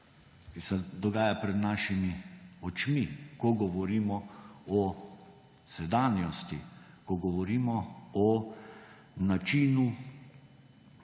ki se dogaja pred našimi očmi, ko govorimo o sedanjosti, ko govorimo o načinu